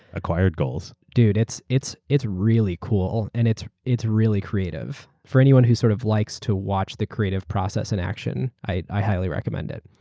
acquired goals. dude, it's it's really cool and it's it's really creative. for anyone who sort of likes to watch the creative process in action, i highly recommend it.